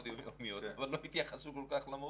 יומיומיות אבל לא התייחסו כל כך למורים,